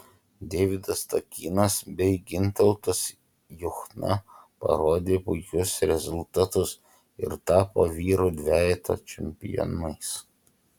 deividas takinas bei gintautas juchna parodė puikius rezultatus ir tapo vyrų dvejeto čempionais